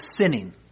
sinning